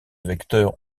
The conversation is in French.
vecteurs